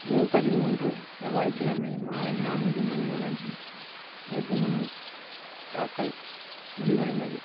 மே பதிமூன்று செவ்வாய்க்கிழமை மாலை நான்கு மணியுடன் வேட்பு மனு தாக்கல் முடிவடைந்தது